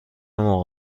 موقع